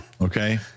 Okay